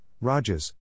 rajas